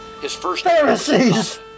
Pharisees